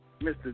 Mr